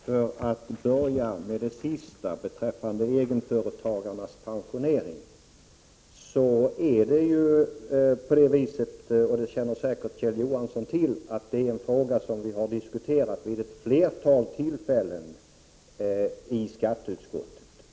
Fru talman! Beträffande egenföretagarnas pensionering är det ju så — och det känner säkert Kjell Johansson till — att vi har diskuterat den frågan vid ett flertal tillfällen i skatteutskottet.